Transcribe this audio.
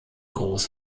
groß